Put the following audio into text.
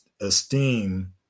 esteem